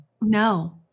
No